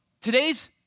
today's